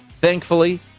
thankfully